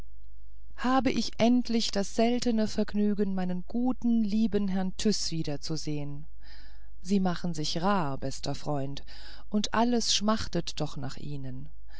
habe ich endlich das seltene vergnügen meinen guten lieben herrn tyß wiederzusehen sie machen sich rar bester freund und alles schmachtet doch nach ihnen